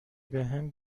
بهم